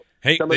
Hey